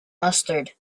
mustard